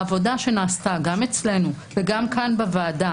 העבודה שנעשתה גם אצלנו וגם כאן בוועדה